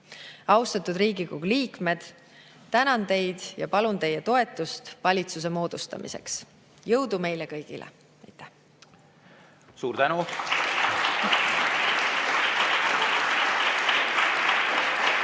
Austatud Riigikogu liikmed, tänan teid ja palun teie toetust valitsuse moodustamiseks. Jõudu meile kõigile! Aitäh! (Aplaus.)